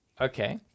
Okay